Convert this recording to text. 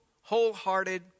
wholehearted